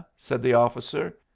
said the officer.